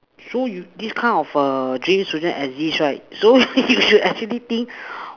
so you this kind of err J E student exist right so you should actually think